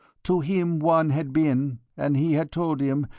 to him juan had been, and he had told him,